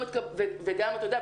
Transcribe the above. אתה יודע,